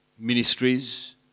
Ministries